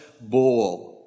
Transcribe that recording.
bowl